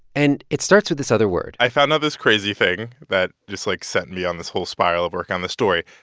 and it starts with this other word i found out this crazy thing that just, like, sent me on this whole spiral of working on this story.